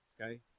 okay